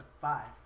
five